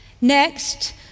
Next